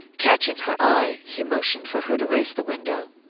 catching her eye, he motioned for her to raise the window